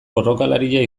borrokalaria